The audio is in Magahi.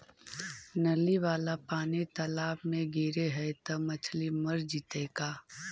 नली वाला पानी तालाव मे गिरे है त मछली मर जितै का?